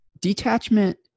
Detachment